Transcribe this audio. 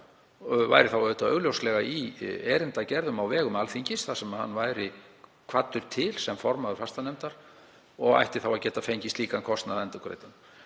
Hann væri þá augljóslega í erindagerðum á vegum Alþingis þar sem hann væri kvaddur til sem formaður fastanefndar og ætti þá að geta fengið slíkan kostnað endurgreiddan.